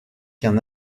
qu’un